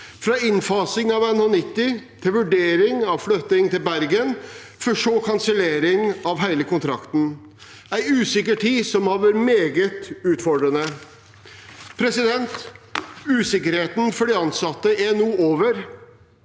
fra innfasing av NH90 til vurdering av flytting til Bergen, for så kansellering av hele kontrakten. Det har vært en usikker tid som har vært meget utfordrende. Usikkerheten for de ansatte er nå over.